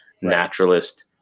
naturalist